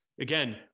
again